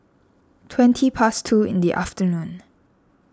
twenty past two in the afternoon